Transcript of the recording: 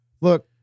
Look